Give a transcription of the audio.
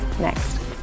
next